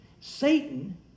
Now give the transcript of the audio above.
Satan